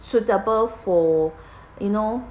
suitable for you know